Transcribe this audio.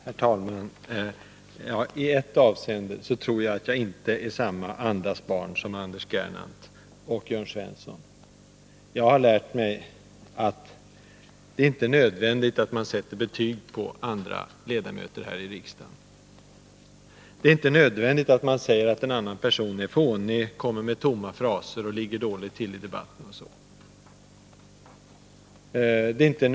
Herr talman! Ja, i ett avseende tror jag att jag inte är samma andas barn som Anders Gernandt och Jörn Svensson: jag har lärt mig att det inte är nödvändigt att sätta betyg på andra ledamöter här i riksdagen. Det är inte nödvändigt att säga att en annan person är fånig, kommer med tomma fraser, ligger dåligt till i debatten osv.